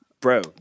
Bro